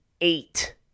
eight